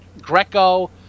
Greco